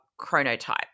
chronotype